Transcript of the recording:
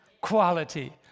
Quality